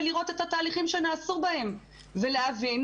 ולראות את התהליכים שנעשו בהם ולהבין.